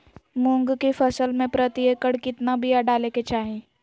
मूंग की फसल में प्रति एकड़ कितना बिया डाले के चाही?